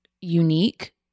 unique